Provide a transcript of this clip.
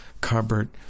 cupboard